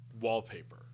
wallpaper